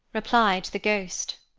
replied the ghost.